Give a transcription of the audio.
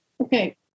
Okay